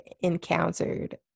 encountered